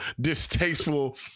distasteful